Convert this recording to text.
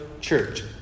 church